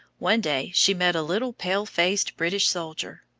one day she met a little pale-faced british soldier.